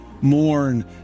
mourn